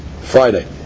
Friday